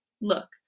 Look